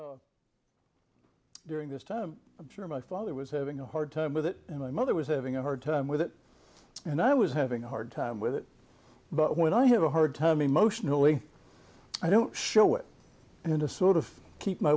doubt during this time i'm sure my father was having a hard time with it and my mother was having a hard time with it and i was having a hard time with it but when i have a hard time emotionally i don't show it in a sort of keep my